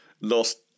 lost